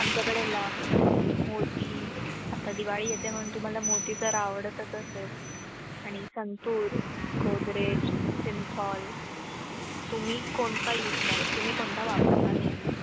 आमच्याकडे लक्स मोती आता दिवाळी येते म्हणून तुम्हाला मोती तर आवडतच असेल आणि संतूर गोदरेज सिंथॉल तुम्ही कोणता यूज कर तुम्ही कोणता वापरता नेहमी